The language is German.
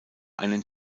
einen